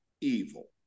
evil